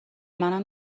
منم